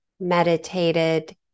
meditated